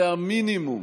זה המינימום.